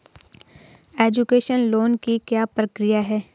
Education loan की क्या प्रक्रिया है?